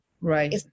Right